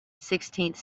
sixteenth